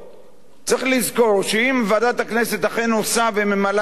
צריך לזכור שאם ועדת הכנסת אכן עושה וממלאה את הבקשה,